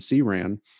CRAN